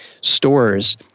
stores